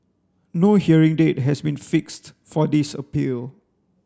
no hearing date has been fixed for this appeal